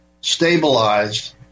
stabilized